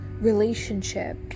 relationship